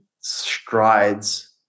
strides